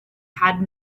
had